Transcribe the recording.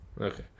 okay